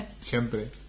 siempre